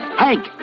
hank,